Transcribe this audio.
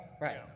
right